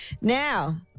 now